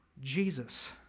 Jesus